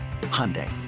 Hyundai